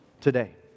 today